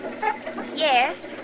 Yes